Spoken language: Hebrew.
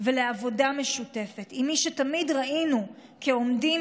ולעבודה משותפת עם מי שתמיד ראינו כעומדים